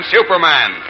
Superman